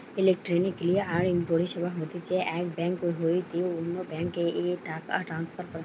electronic clearing পরিষেবা হতিছে এক বেঙ্ক হইতে অন্য বেঙ্ক এ টাকা ট্রান্সফার করা